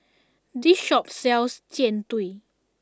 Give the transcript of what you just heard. this shop sells Jian Dui